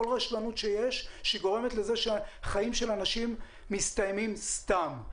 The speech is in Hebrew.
כל רשלנות שיש שגורמת לכך שחיים של אנשים מסתיימים סתם.